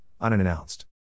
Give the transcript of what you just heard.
unannounced